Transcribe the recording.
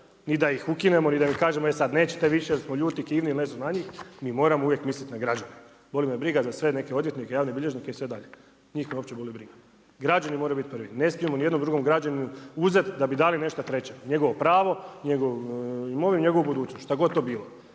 ni da ih ukinemo ni da im kažemo e sada nećete više jel smo ljuti, kivni na njih mi moramo uvijek misliti na građane. Boli me briga za sve neke odvjetnike, javne bilježnike i sve dalje, njih me uopće boli briga. Građani moraju biti prvi ne smijemo nijednom drugom građaninu uzeti da bi dali nešto trećem, njegovo pravo, njegovu imovinu, njegovu budućnost šta god to bilo.